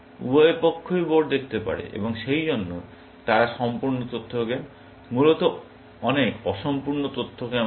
উভয় পক্ষই বোর্ড দেখতে পারে এবং সেইজন্য তারা সম্পূর্ণ তথ্য গেম মূলত কিন্তু অনেক অসম্পূর্ণ তথ্য গেম আছে